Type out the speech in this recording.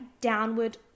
downward